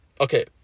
okay